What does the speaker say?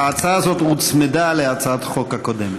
ההצעה הזאת הוצמדה להצעת החוק הקודמת.